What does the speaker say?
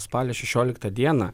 spalio šešioliktą dieną